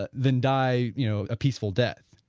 ah than die, you know, a peaceful death.